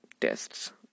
tests